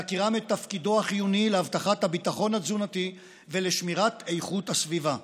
בהכירם את תפקידו החיוני לאבטחת הביטחון התזונתי ולשמירת איכות הסביבה.